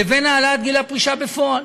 לבין העלאת גיל הפרישה בפועל.